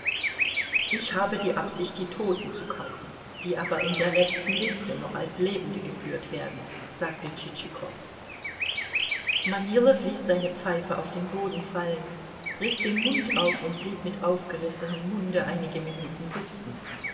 ich habe die absicht die toten zu kaufen die aber in der letzten liste noch als lebende geführt werden sagte tschitschikow manilow ließ seine pfeife auf den boden fallen riß den mund auf und blieb mit aufgerissenem munde einige minuten sitzen